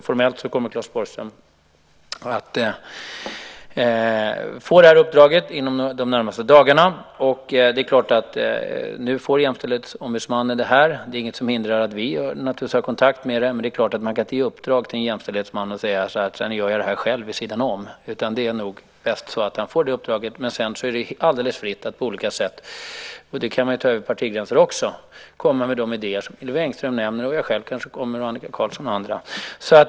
Formellt kommer Claes Borgström att få det här uppdraget inom de närmaste dagarna. Nu får Jämställdhetsombudsmannen det här. Det är naturligtvis inget som hindrar att vi har kontakt med honom, men det är klart att man inte kan ge något i uppdrag till Jämställdhetsombudsmannen och sedan göra det själv vid sidan om, utan det är nog bäst att han får det uppdraget. Sedan är det fritt att, också över partigränser, komma med de idéer som Hillevi Engström nämner. Jag själv kanske kommer med idéer också liksom Annika Qarlsson och andra.